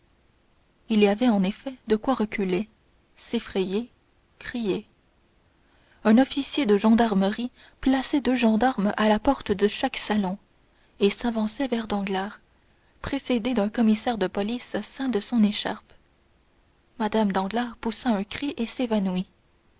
il y avait en effet de quoi reculer s'effrayer crier un officier de gendarmerie plaçait deux gendarmes à la porte de chaque salon et s'avançait vers danglars précédé d'un commissaire de police ceint de son écharpe mme danglars poussa un cri et s'évanouit